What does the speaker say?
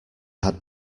had